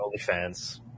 OnlyFans